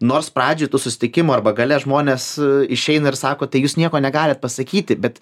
nors pradžioj tų susitikimų arba gale žmonės išeina ir sako tai jūs nieko negalit pasakyti bet